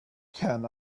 can